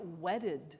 wedded